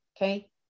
Okay